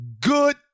good